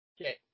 Okay